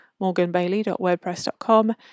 morganbailey.wordpress.com